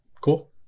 Cool